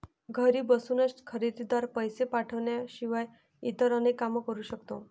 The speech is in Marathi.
घरी बसूनच खरेदीदार, पैसे पाठवण्याशिवाय इतर अनेक काम करू शकतो